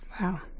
wow